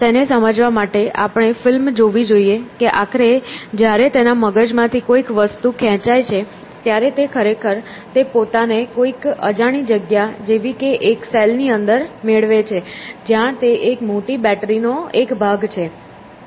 તેને સમજવા માટે આપણે ફિલ્મ જોવી જોઈએ કે આખરે જ્યારે તેના મગજમાંથી કોઈક વસ્તુ ખેંચાય છે ત્યારે તે ખરેખર તે પોતાને કોઈક અજાણી જગ્યા જેવી કે એક સેલ ની અંદર મેળવે છે જ્યાં તે એક મોટી બેટરી નો એક ભાગ છે